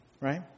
right